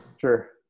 Sure